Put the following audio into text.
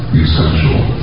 essential